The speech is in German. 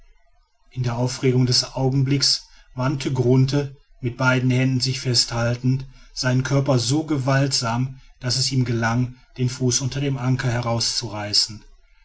in der aufregung des augenblicks wandte grunthe mit beiden händen sich festhaltend seinen körper so gewaltsam daß es ihm gelang den fuß unter dem anker herauszureißen